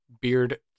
beard